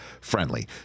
friendly